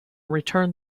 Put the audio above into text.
returned